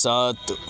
سات